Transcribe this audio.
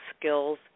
skills